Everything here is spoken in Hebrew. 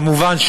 כמובן,